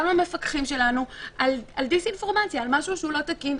גם למפקחים שלנו על דיס אינפורמציה על משהו שאינו תקין.